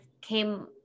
came